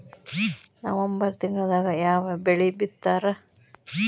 November ತಿಂಗಳದಾಗ ಯಾವ ಬೆಳಿ ಬಿತ್ತತಾರ?